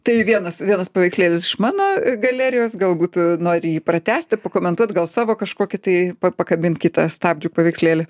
tai vienas vienas paveikslėlis iš mano galerijos galbūt nori jį pratęsti pakomentuot gal savo kažkokį tai pakabint kitą stabdžių paveikslėlį